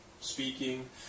Speaking